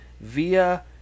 Via